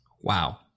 Wow